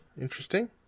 interesting